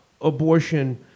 abortion